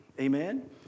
Amen